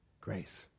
grace